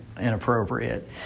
inappropriate